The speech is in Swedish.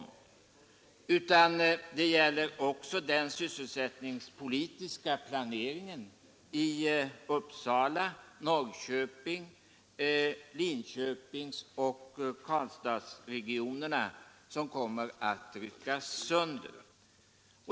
Det innebär dessutom att den sysselsättningspolitiska planeringen i Uppsala-, Norrköpings-, Linköpingsoch Karlstadsregionerna nu kommer att ryckas sönder.